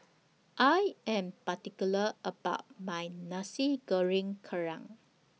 I Am particular about My Nasi Goreng Kerang